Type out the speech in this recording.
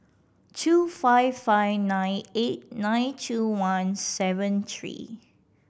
two five five nine eight nine two one seven three